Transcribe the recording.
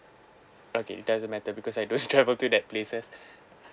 okay it doesn't matter because I don't travel to that places